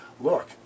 look